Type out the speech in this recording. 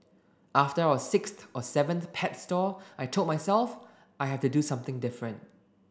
after our sixth or seventh pet store I told myself I have to do something different